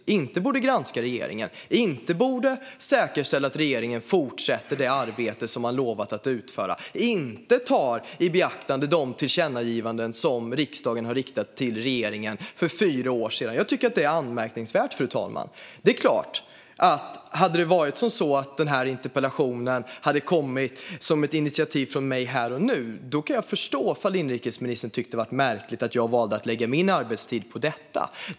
Ni ska inte granska regeringen, inte säkerställa att regeringen fortsätter med det arbete som den har lovat att utföra och inte ta i beaktande det tillkännagivande som riksdagen för fyra år sedan riktade till regeringen. Det är anmärkningsvärt, fru talman. Om interpellationen hade kommit som ett initiativ från mig här och nu hade jag såklart förstått om inrikesministern hade tyckt att det var märkligt att jag valde att lägga min arbetstid på detta.